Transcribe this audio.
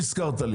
טוב שהזכרת לי.